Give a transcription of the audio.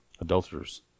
adulterers